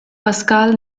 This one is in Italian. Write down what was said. pascal